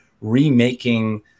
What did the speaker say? remaking